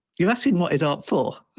you asked him what is art for?